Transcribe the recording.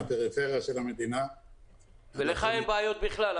הפריפריה של המדינה -- ולך אין בעיות בכלל,